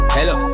Hello